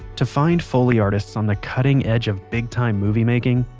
to find foley artists on the cutting-edge of big time movie making,